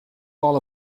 all